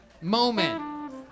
moment